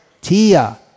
Tia